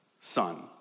son